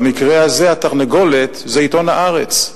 במקרה הזה, התרנגולת היא עיתון "הארץ".